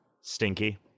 Stinky